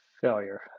failure